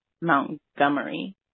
Montgomery